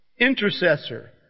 Intercessor